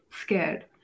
scared